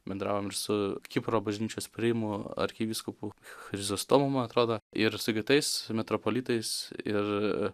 bendravom ir su kipro bažnyčios primu arkivyskupu chrizostomu man atrodo ir su kitais metropolitais ir